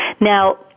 Now